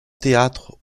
théâtre